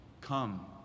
come